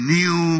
new